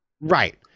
Right